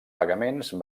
pagaments